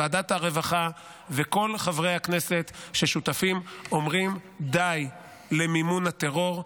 ועדת הרווחה וכל חברי הכנסת ששותפים אומרים: די למימון הטרור.